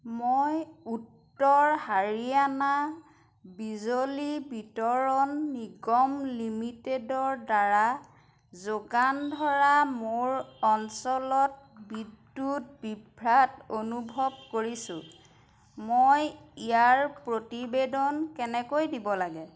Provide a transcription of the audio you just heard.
মই উত্তৰ হাৰিয়ানা বিজলী বিতৰণ নিগম লিমিটেডৰদ্বাৰা যোগান ধৰা মোৰ অঞ্চলত বিদ্যুৎ বিভ্ৰাট অনুভৱ কৰিছোঁ মই ইয়াৰ প্ৰতিবেদন কেনেকৈ দিব লাগে